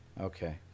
Okay